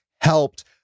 helped